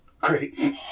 great